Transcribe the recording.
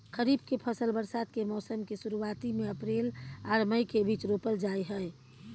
खरीफ के फसल बरसात के मौसम के शुरुआती में अप्रैल आर मई के बीच रोपल जाय हय